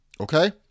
okay